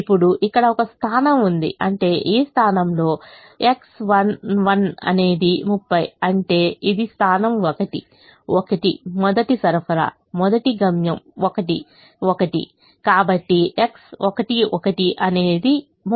ఇప్పుడు ఇక్కడ ఒక స్థానం ఉంది అంటే ఈ స్థానంలో X11 అనేది 30 అంటే ఇది స్థానం 1 1 మొదటి సరఫరా మొదటి గమ్యం 1 1 కాబట్టి X11 అనేది 30